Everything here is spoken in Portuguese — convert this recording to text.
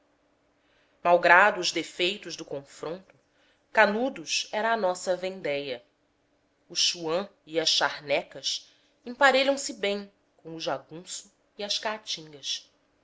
malgrado os defeitos do confronto canudos era a nossa vendéia o chouan e as charnecas emparelham se bem com o jagunço e as caatingas